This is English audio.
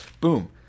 Boom